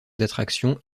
d’attractions